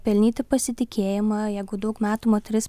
pelnyti pasitikėjimą jeigu daug metų moteris